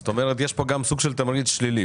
יש פה גם סוג של תמריץ שלילי.